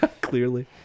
clearly